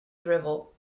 drivel